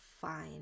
fine